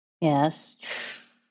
Yes